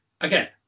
again